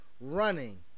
running